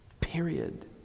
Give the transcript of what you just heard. period